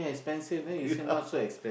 yeah